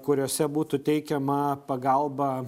kuriose būtų teikiama pagalba